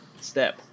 step